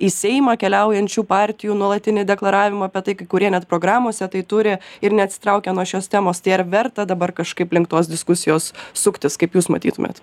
į seimą keliaujančių partijų nuolatinį deklaravimą apie tai kai kurie net programose tai turi ir neatsitraukia nuo šios temos tai ar verta dabar kažkaip link tos diskusijos suktis kaip jūs matytumėt